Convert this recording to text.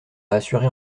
assuré